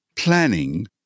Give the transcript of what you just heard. Planning